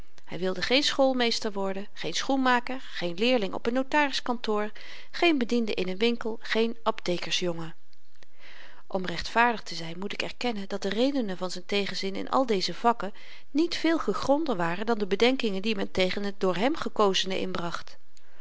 hy wilde geen schoolmeester worden geen schoenmaker geen leerling op n notariskantoor geen bediende in n winkel geen aptekersjongen om rechtvaardig te zyn moet ik erkennen dat de redenen van z'n tegenzin in al deze vakken niet veel gegronder waren dan de bedenkingen die men tegen het door hem gekozene inbracht